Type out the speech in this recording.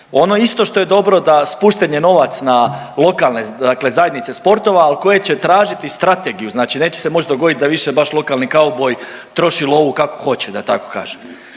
Ono isto što je dobro da je spuštan novac na lokalne dakle zajednice sportova, ali koje će tražiti strategiju. Znači neće se moći dogoditi da više baš lokalni kauboj troši lovu kako hoće da tako kažem.